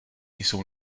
jsou